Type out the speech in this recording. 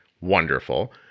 wonderful